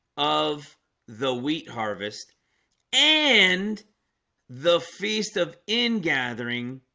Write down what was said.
of the wheat harvest and the feast of in gathering